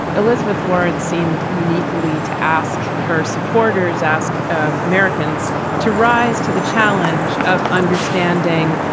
elizabeth warren seemed uniquely to ask her supporters, ask um americans to rise to the challenge of understanding,